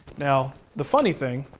now, the funny thing,